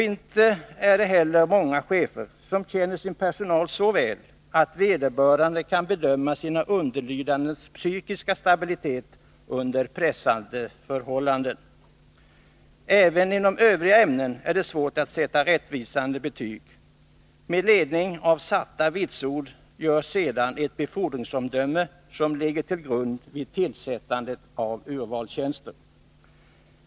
Inte är det heller många chefer som känner sin personal så väl att de kan bedöma sina underlydandes psykiska stabilitet under pressande förhållanden. Även inom övriga ämnen är det svårt att sätta rättvisande betyg. Med ledning av satta vitsord görs sedan ett befordringsomdöme, som ligger till grund vid tillsättande av urvalstjänster.